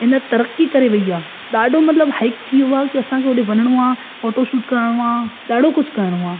इन तरक़ी करे वई आहे ॾाढो मतिलबु हाइक थी वियो आहे असां खे होॾे वञिणो आहे फोटोशूट करिणो आहे ॾाढो कुझु करिणो आहे